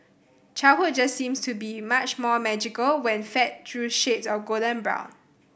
childhood just seems to be much more magical when fed through shades of golden brown